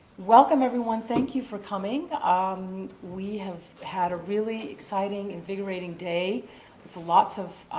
welcome everyone, thank you for coming. um we have had a really exciting, invigorating day with lots of